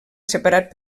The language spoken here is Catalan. separat